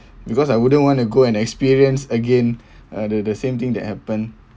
because I wouldn't want to go and experience again uh the the same thing that happened